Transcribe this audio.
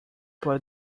but